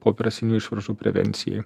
pooperacinių išvaržų prevencijai